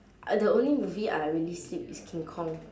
ah the only movie I really sleep is king kong